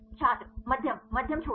छात्र मध्यम मध्यम छोटा